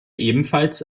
ebenfalls